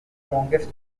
strongest